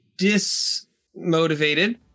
dismotivated